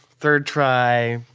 third try.